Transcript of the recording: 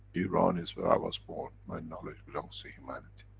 iran is where i was born, my knowledge belongs to humanity.